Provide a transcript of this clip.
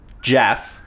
Jeff